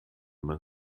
man